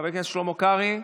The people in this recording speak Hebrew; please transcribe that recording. חבר הכנסת שלמה קרעי.